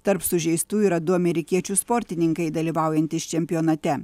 tarp sužeistųjų yra du amerikiečių sportininkai dalyvaujantys čempionate